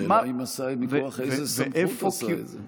השאלה, אם עשה, מכוח איזה סמכות הוא עשה את זה.